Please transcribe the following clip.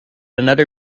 another